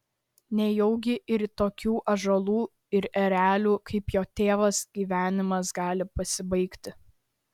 nejaugi ir tokių ąžuolų ir erelių kaip jo tėvas gyvenimas gali pasibaigti